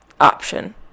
option